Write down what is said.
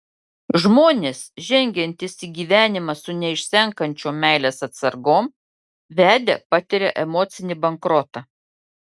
žmonės žengiantys į gyvenimą su neišsenkančiom meilės atsargom vedę patiria emocinį bankrotą